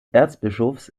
erzbischofs